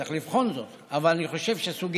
צריך לבחון זאת, אבל אני חושב שסוגיית,